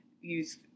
use